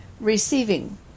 receiving